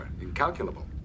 Incalculable